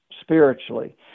spiritually